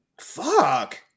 fuck